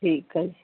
ਠੀਕ ਆ ਜੀ